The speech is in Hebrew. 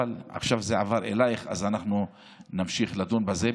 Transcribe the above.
אבל עכשיו זה עבר אלייך, אז אנחנו נמשיך לדון בזה.